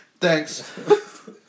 Thanks